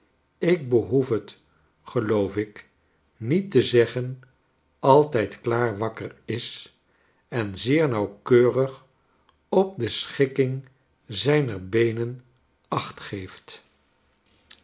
ik behoef het geloof ik niet te zeggen altijd klaar wakker is en zeer nauwkeurig op de schikking zijner beenen acht geeft